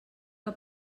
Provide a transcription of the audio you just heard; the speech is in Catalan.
que